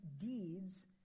deeds